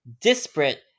disparate